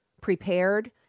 prepared